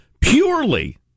purely